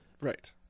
Right